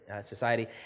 society